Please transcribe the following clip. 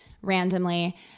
randomly